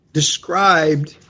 described